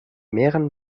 mehreren